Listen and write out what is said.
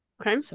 okay